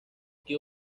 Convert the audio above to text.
que